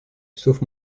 sauf